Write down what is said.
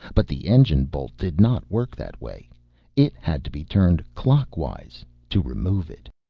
but the engine bolt did not work that way it had to be turned clockwise to remove it.